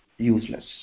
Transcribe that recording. useless